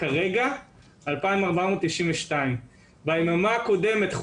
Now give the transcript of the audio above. כרגע 2,492. ביממה הקודמת,